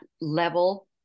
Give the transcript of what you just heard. level